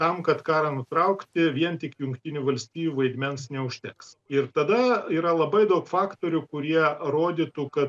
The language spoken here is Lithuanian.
tam kad karą nutraukti vien tik jungtinių valstijų vaidmens neužteks ir tada yra labai daug faktorių kurie rodytų kad